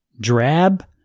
drab